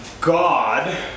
God